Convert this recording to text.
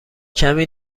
کمی